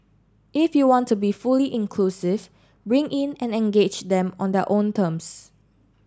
if you want to be fully inclusive bring in and engage them on their own terms